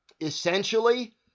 essentially